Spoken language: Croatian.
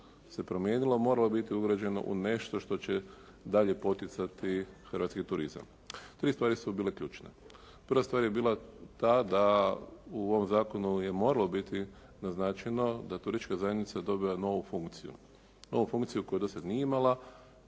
se promijenilo, moralo biti ugrađeno u nešto što će dalje poticati hrvatski turizam. Tri stvari su bile ključne. Prva stvar je bila ta da u ovom zakonu je moralo biti naznačeno da turistička zajednica dobiva novu funkciju. Novu funkciju koju do sada nije imala,